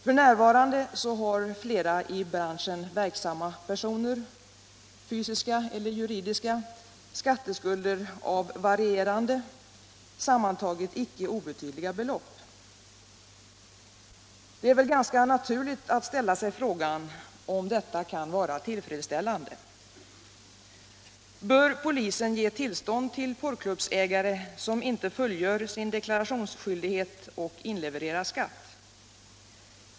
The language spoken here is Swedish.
F. n. har flera i branschen verksamma personer, fysiska eller juridiska, skatteskulder av varierande, sammantaget icke obetydliga belopp. Det är då ganska naturligt att ställa frågan om detta kan vara tillfredsställande. Bör polisen ge tillstånd till porrklubbsägare som inte fullgör sin deklarationsskyldighet och inte inlevererar skatt?